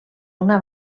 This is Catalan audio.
una